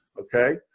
Okay